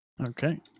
Okay